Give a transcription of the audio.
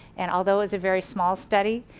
and although it was a very small study,